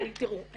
תראו,